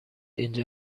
اینجا